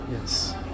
Yes